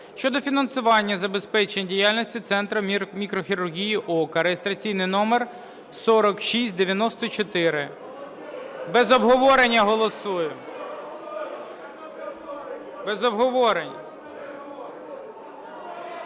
щодо фінансового забезпечення діяльності Центру мікрохірургії ока (реєстраційний номер 4649). Без обговорення голосуємо, без обговорення.